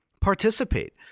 Participate